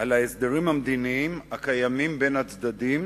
על ההסדרים המדיניים הקיימים בין הצדדים,